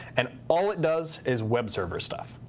and all it does is web server stuff.